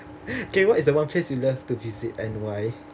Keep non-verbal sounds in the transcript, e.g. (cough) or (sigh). (breath) okay what is the one place you love to visit and why